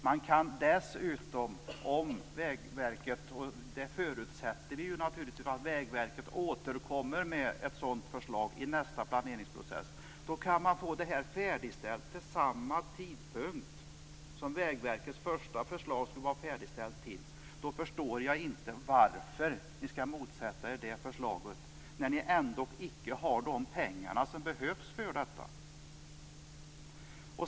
Man kan dessutom om Vägverket - och det förutsätter vi naturligtvis - återkommer med ett sådant här förslag i nästa planeringsprocess, få detta färdigställt vid samma tidpunkt som Vägverkets första förslag skulle vara färdigställt till. Då förstår jag inte varför ni skall motsätta er det här förslaget. Ni har ju ändå inte de pengar som behövs för detta.